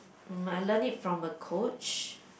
mm I learnt it from a coach